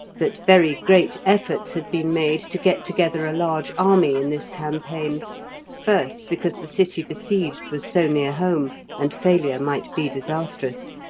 that very great efforts had been made to get together a large army in this campaign first, because the city besieged was so near home, and failure might be disastrous,